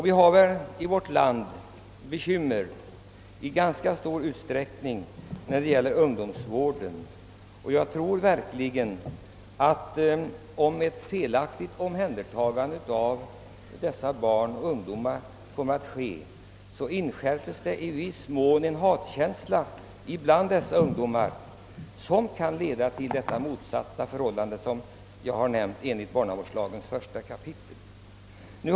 Vi har här i landet ganska stora bekymmer med ungdomsvården, och om omhändertagandet av barn och ungdomar sker på ett felaktigt sätt, så kan därmed inskärpas en hatkänsla, vilket kan få rakt motsatt effekt mot det angivna syftet i barnavårdslagens första paragraf.